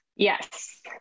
yes